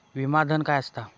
विमा धन काय असता?